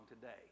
today